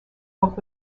book